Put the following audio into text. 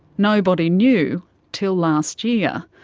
nobody knew till last year.